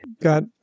got